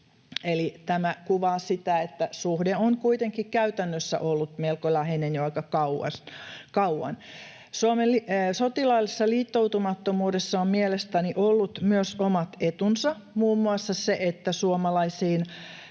tämä kuvaa sitä, että suhde on kuitenkin käytännössä ollut melko läheinen jo aika kauan. Suomen sotilaallisessa liittoutumattomuudessa on mielestäni ollut myös omat etunsa, muun muassa se, että se on